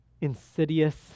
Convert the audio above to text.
insidious